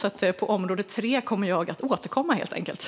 Jag kommer helt enkelt att återkomma till område tre.